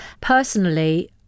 Personally